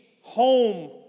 home